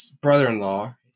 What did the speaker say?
brother-in-law